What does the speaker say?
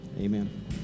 Amen